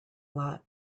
lot